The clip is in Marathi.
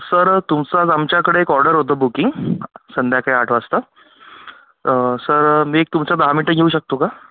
सर तुमचं आज आमच्याकडे एक ऑर्डर होतं बुकिंग संध्याकाळी आठ वाजता सर मी एक तुमचं दहा मिनटं घेऊ शकतो का